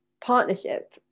partnership